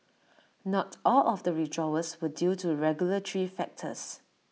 not all of the withdrawals were due to regulatory factors